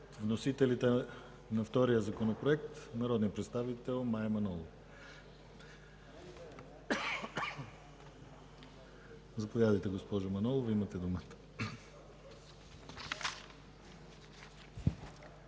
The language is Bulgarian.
вносителите на втория Законопроект има думата народният представител Мая Манолова. Заповядайте, госпожо Манолова, имате думата.